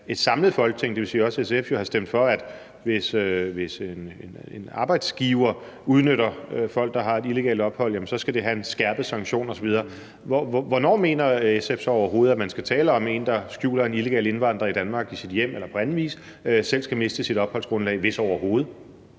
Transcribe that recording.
et samlet Folketing, dvs. også SF, jo har stemt for, at hvis en arbejdsgiver udnytter folk, der har et illegalt ophold, så skal det have en skærpet sanktion osv. Hvornår mener SF så overhovedet at man skal tale om, at en, der skjuler en illegal indvandrer i Danmark i sit hjem eller på anden vis, selv skal miste sit opholdsgrundlag – hvis overhovedet?